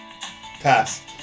Pass